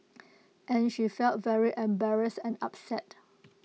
and she felt very embarrassed and upset